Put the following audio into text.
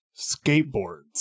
Skateboards